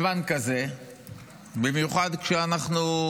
צריך לומר,